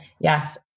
Yes